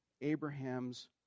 Abraham's